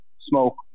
smoke